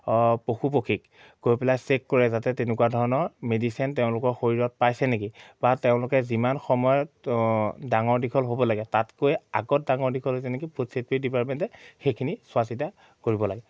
পশু পক্ষীক গৈ পেলাই চেক কৰে যাতে তেনেকুৱা ধৰণৰ মেডিচিন তেওঁলোকৰ শৰীৰত পাইছে নেকি বা তেওঁলোকে যিমান সময়ত ডাঙৰ দীঘল হ'ব লাগে তাতকৈ আগত ডাঙৰ দীঘল যেনেকে ফুড চেপ্ৰীৰ ডিপাৰ্টমেণ্টে সেইখিনি চোৱা চিতা কৰিব লাগে